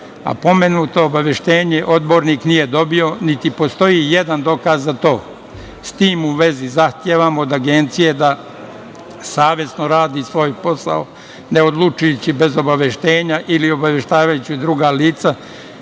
Pomenuto obaveštenje odbornik nije dobio, niti postoji i jedan dokaz za to.S tim u vezi, zahtevam od Agencije da savesno radi svoj posao, ne odlučujući bez obaveštenja ili obaveštavajući druga lica